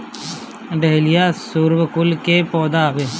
dahlia सूर्यकुल के पौधा हवे